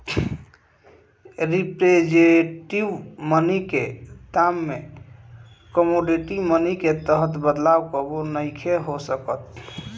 representative money के दाम में कमोडिटी मनी के तरह बदलाव कबो नइखे हो सकत